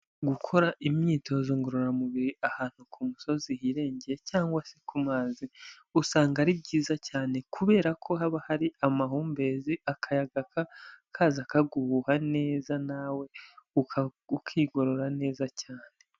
Gukora imyitozo ngororamubiri ahantu ku musozi hirengeye cyangwa se ku mazi, usanga ari byiza cyane kubera ko haba hari amahumbezi, akayaga kaza kaguhuha neza, nawe ukigorora neza cyane.